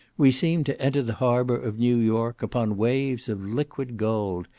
we seemed to enter the harbour of new york upon waves of liquid gold,